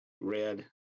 red